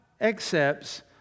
accepts